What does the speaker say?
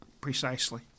precisely